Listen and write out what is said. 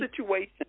situation